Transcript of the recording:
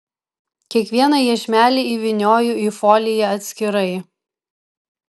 kiekvieną iešmelį įvynioju į foliją atskirai